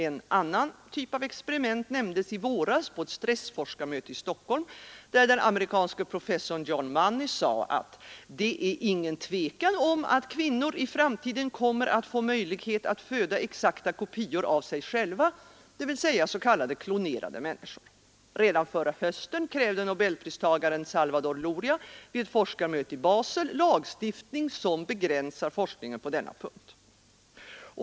En annan typ av experiment nämndes i våras på ett stressforskarmöte i Stockholm, där den amerikanske professorn John Money sade att ”det är ingen tvekan om att kvinnor i framtiden kommer att få möjlighet att föda exakta kopior av sig själva”, dvs. s.k. klonerade människor. Redan förra hösten krävde nobelpristagaren Salvador Luria vid ett forskarmöte i Basel lagstiftning som begränsar forskningen på denna punkt.